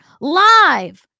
live